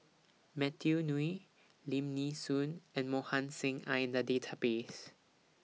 Matthew Ngui Lim Nee Soon and Mohan Singh Are in The Database